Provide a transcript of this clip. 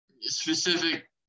specific